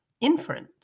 inference